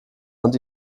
und